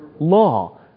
Law